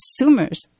consumers